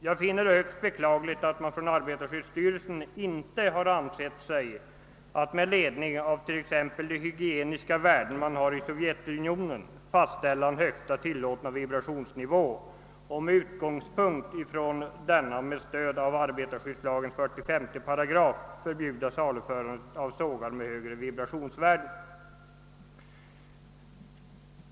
Jag finner det högst beklagligt att man inom arbetarskyddsstyrelsen inte med ledning av t.ex. de hygieniska värden, som tillämpas i Sovjet, ansett sig kunna fastställa en högsta tillåten vibrationsnivå och med utgång från denna med stöd av arbetarskyddslagens 45 § förbjuda saluförandet av sågar med högre vibrationsvärden.